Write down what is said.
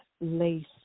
lace